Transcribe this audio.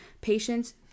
patients